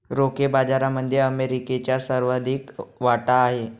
रोखे बाजारामध्ये अमेरिकेचा सर्वाधिक वाटा आहे